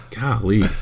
Golly